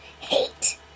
hate